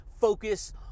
focus